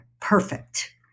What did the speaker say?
perfect